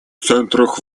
центров